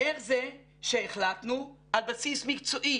איך זה שהחלטנו על בסיס מקצועי,